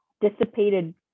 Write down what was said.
dissipated